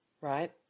right